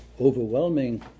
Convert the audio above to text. overwhelming